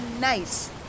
nice